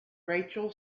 rachel